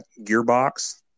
gearbox